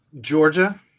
Georgia